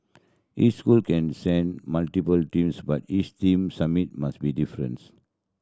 each school can send multiple teams but each team's submit must be difference